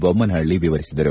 ಬೊಮ್ನಹಳ್ಳಿ ವಿವರಿಸಿದರು